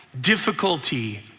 difficulty